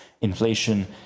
inflation